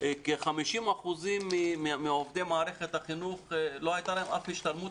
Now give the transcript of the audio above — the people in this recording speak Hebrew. כ-50% מעובדי מערכת החינוך לא היתה להם השתלמות